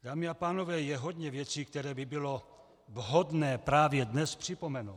Dámy a pánové, je hodně věcí, které by bylo vhodné právě dnes připomenout.